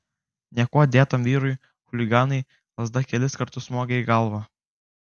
niekuo dėtam vyrui chuliganai lazda kelis kartus smogė į galvą